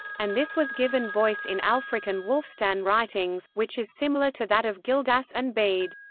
and this was given voice in aelfric and wulfstan writings, which is similar to that of gildas and bede.